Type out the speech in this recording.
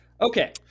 Okay